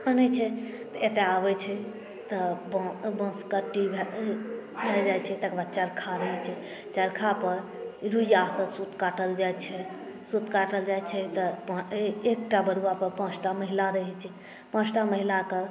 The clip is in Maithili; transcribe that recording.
आनैत छै तऽ एतय आबैत छै तऽ बँसकट्टी भए जाइत छै तकर बाद चरखा रहैत छै चरखापर रुइआसँ सूत काटल जाइत छै सूत काटल जाइत छै तऽ पाँच एकटा बरुआपर पाँचटा महिला रहैत छथि पाँचटा महिलाकेँ